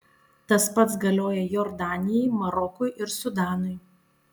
tas pats galioja jordanijai marokui ir sudanui